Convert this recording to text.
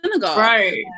right